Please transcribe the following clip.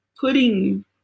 putting